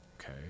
okay